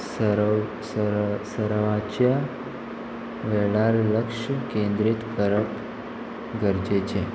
sir सर सरवाच्या वेळार लक्ष केंद्रीत करप गरजेचें